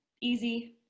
easy